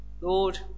Lord